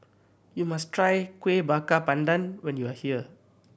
you must try Kuih Bakar Pandan when you are here